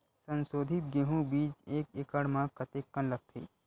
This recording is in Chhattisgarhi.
संसोधित गेहूं बीज एक एकड़ म कतेकन लगथे?